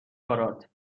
کارات